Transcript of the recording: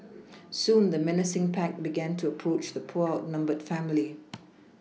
soon the menacing pack began to approach the poor outnumbered family